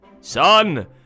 Son